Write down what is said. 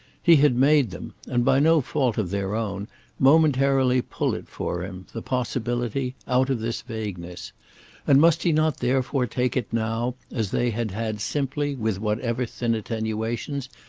he had made them and by no fault of their own momentarily pull it for him, the possibility, out of this vagueness and must he not therefore take it now as they had had simply, with whatever thin attenuations,